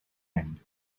end